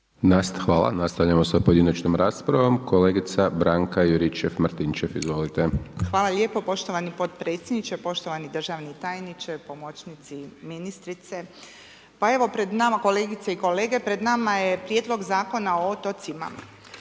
Hvala. Nastavljamo sa pojedinačnom raspravom. Kolegica Branka Juričev-Martinčev, izvolite. **Juričev-Martinčev, Branka (HDZ)** Hvala lijepo poštovani potpredsjedniče, poštovani državni tajniče, pomoćnici ministrice. Pa evo pred nama kolegice i kolege, pred nama je Prijedlog zakona o otocima.